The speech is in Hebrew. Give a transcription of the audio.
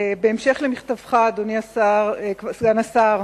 בהמשך למכתבך, אדוני סגן השר,